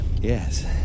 Yes